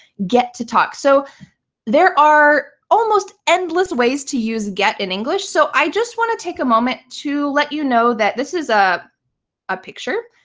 get to talk. so there are almost endless ways to use get in english, so i just want to take a moment to let you know that this is ah a picture,